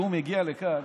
כשהוא מגיע לכאן,